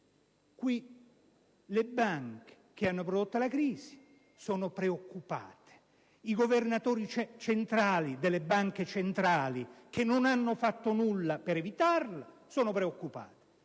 Qui le banche, che hanno prodotto la crisi, sono preoccupate: i governatori centrali delle banche centrali, che non hanno fatto nulla per evitarla, sono preoccupati